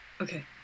Okay